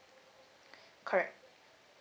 correct